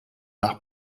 nach